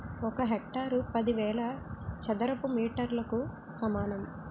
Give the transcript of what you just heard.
ఒక హెక్టారు పదివేల చదరపు మీటర్లకు సమానం